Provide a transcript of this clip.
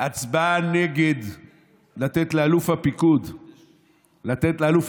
הצבעה נגד לתת לאלוף הפיקוד אפשרות,